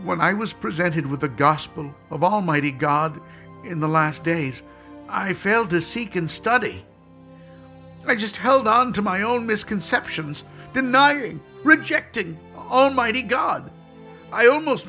when i was presented with the gospel of almighty god in the last days i fail to see can study i just held on to my own misconceptions denying rejected almighty god i almost